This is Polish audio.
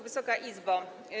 Wysoka Izbo!